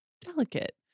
delicate